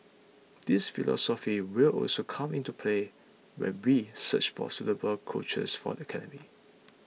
this philosophy will also come into play when we search for suitable coaches for the academy